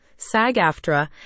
sag-aftra